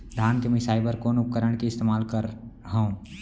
धान के मिसाई बर कोन उपकरण के इस्तेमाल करहव?